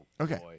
Okay